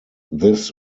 this